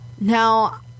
Now